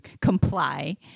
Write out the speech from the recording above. comply